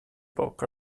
book